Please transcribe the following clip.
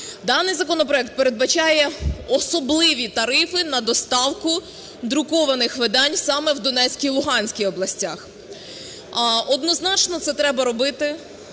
Даний законопроект передбачає особливі тарифи на доставку друкованих видань саме в Донецькій і Луганській областях. Однозначно це треба робити.